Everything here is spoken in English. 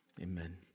Amen